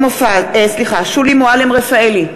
נוכח שולי מועלם-רפאלי,